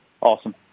Awesome